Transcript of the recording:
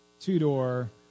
two-door